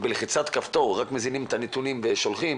בלחיצת כפתור רק מזינים את הנתונים ושולחים,